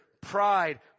pride